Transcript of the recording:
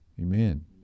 Amen